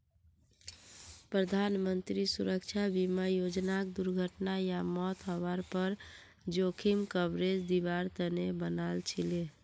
प्रधानमंत्री सुरक्षा बीमा योजनाक दुर्घटना या मौत हवार पर जोखिम कवरेज दिवार तने बनाल छीले